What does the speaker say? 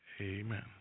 Amen